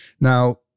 Now